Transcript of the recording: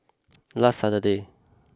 last Saturday